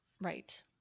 right